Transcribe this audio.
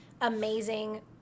amazing